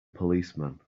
policeman